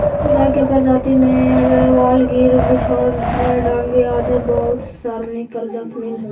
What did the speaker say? गाय के प्रजाति में गयवाल, गिर, बिच्चौर, डांगी आदि बहुत सनी प्रजाति मिलऽ हइ